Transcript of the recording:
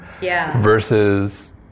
versus